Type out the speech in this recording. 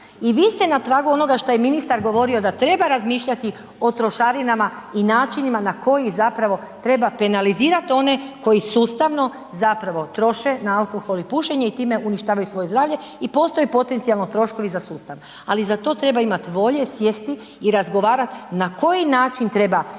i vi ste na tragu onoga što je ministar govorio da treba razmišljati o trošarinama i načinima na koji treba penalizirati one koji sustavno troše na alkohol i pušenje i time uništavaju svoje zdravlje i postoje potencijalno troškovi za sustav. Ali za to treba imati volje, sjesti i razgovarati na koji način treba financijski